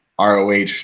ROH